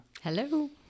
Hello